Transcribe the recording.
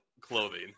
clothing